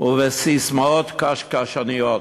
ובססמאות קשקשניות.